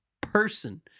person